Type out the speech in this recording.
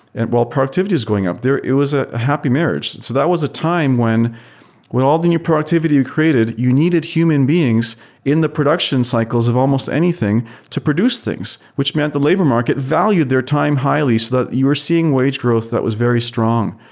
and while productivity is going up. it was ah a happy marriage. so that was a time when when all the new productivity we created, you needed human beings in the production cycles of almost anything to produce things, which meant the labor market valued their time highly so that you're seeing wage growth that was very strong.